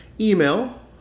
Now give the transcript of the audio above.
Email